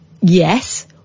Yes